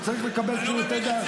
הוא צריך לקבל שירותי דת?